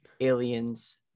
aliens